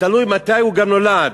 תלוי מתי הוא נולד,